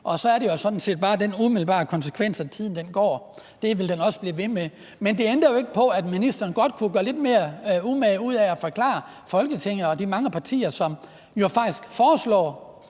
Så er der jo sådan set bare den umiddelbare konsekvens, at tiden går. Det vil den også blive ved med. Men det ændrer ikke på, at ministeren godt kunne gøre sig lidt mere umage med at forklare det for Folketinget og de mange partier, som jo faktisk foreslår